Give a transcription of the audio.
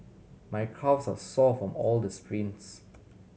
my calves are sore from all the sprints